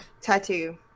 tattoo